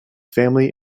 family